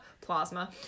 plasma